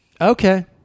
Okay